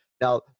Now